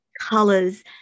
colors